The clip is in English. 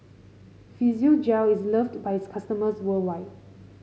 Physiogel is loved by its customers worldwide